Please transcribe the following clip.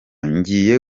ngiye